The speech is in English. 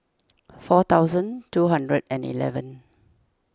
four thousand two hundred and eleven